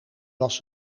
was